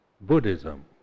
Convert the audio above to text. Buddhism